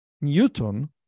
Newton